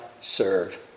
serve